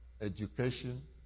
education